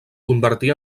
convertí